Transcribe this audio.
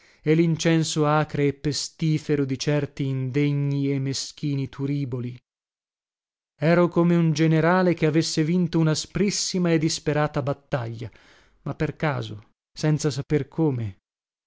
e lincenso acre e pestifero di certi indegni e meschini turiboli ero come un generale che avesse vinto unasprissima e disperata battaglia ma per caso senza saper come